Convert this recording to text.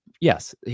yes